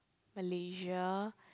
Malaysia